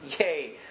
yay